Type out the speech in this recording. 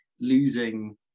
losing